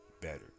better